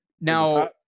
Now –